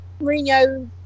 Mourinho